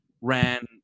ran